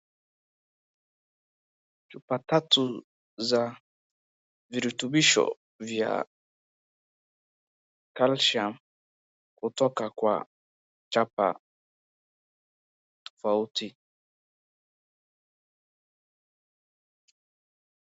Chupa tatu za virutubisho vya calcium kutoka kwa chapa tofauti.